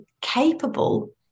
capable